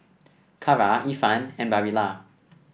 Kara Ifan and Barilla